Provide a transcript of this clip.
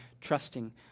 trusting